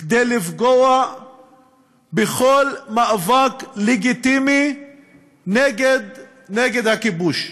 לפגוע בכל מאבק לגיטימי נגד הכיבוש.